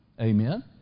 Amen